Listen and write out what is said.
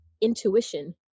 intuition